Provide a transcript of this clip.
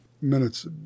minutes